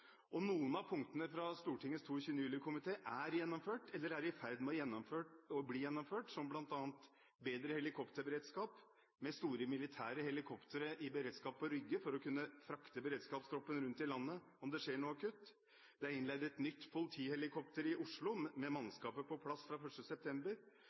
sommer. Noen av punktene fra Stortingets 22. juli-komité er gjennomført eller er i ferd med å bli gjennomført, som bl.a. bedre helikopterberedskap med store militære helikoptre i beredskap på Rygge for å kunne frakte beredskapstroppen rundt i landet om det skjer noe akutt. Det er innleid et nytt politihelikopter i Oslo med mannskapet på plass fra 1. september.